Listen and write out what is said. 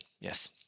yes